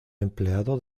empleado